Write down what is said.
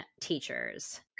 teachers